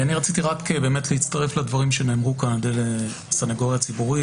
אני מצטרף לדברים שנאמרו כאן על ידי הסנגוריה הציבורית,